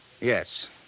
Yes